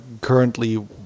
currently